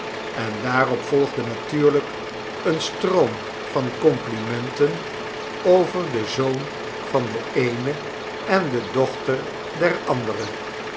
en daarop volgde natuurlijk een stroom van complimenten over den zoon van de eene en de dochter der andere